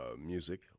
music